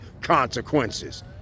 consequences